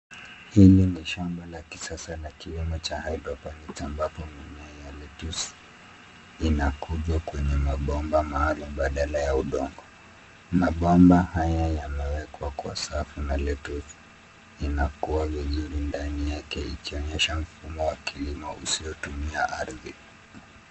Hili ni shamba la kisasa la kilimo cha Hydroponics ambapo mimea ya Lettuce inakuzwa kwenye mabomba maalum badala ya udongo. Mabomba haya yamewekwa kwa safu na Lettuce inakua vizuri ndani yake ikionyesha mfumo wa kilimo usiotumia ardhi.